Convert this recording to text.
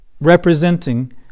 representing